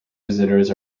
visitors